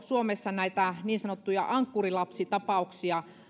suomessa näitä niin sanottuja ankkurilapsitapauksia